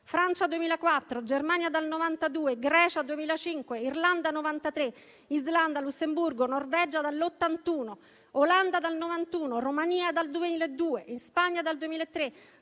Francia 2004, Germania 1992, Grecia 2005, Irlanda 1993, Islanda, Lussemburgo e Norvegia 1981, Olanda 1991, Romania 2002, Spagna 2003,